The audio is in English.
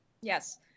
Yes